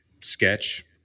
sketch